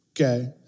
okay